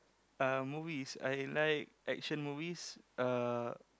uh movies I like action movies uh